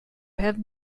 have